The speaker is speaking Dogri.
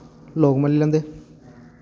लोक मल्ली लैंदे